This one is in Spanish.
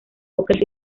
ocres